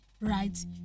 right